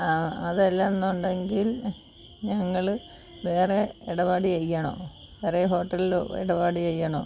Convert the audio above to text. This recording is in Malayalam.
ആ അത് അല്ല എന്നുണ്ടെങ്കിൽ ഞങ്ങൾ വേറെ ഇടപാട് ചെയ്യണോ വേറെ ഹോട്ടലിൽ ഇടപാട് ചെയ്യണോ